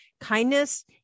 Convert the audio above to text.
kindness